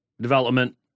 development